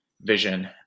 vision